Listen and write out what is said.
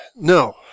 No